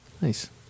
Nice